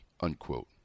unquote